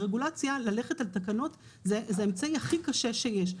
ברגולציה ללכת על תקנות זה האמצעי הכי קשה שיש.